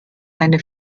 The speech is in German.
eine